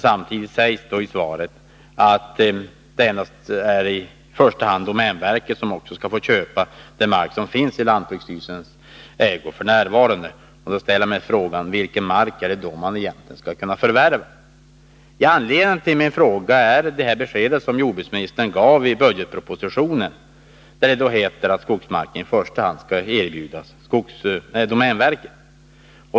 Samtidigt sägs det i svaret att det endast är domänverket som i första hand skall få köpa den mark som f.n. finns i lantbruksstyrelsens ägo. Jag ställer mig frågan: Vilken mark är det egentligen man skall kunna förvärva? Anledningen till min fråga är det besked som jordbruksministern gav i budgetpropositionen, där det heter att skogsmark i första hand skall erbjudas domänverket.